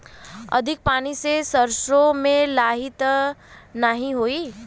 अधिक पानी से सरसो मे लाही त नाही होई?